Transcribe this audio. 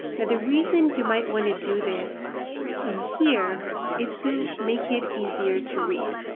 but the reason you might want to do this in here is to make it easier to read.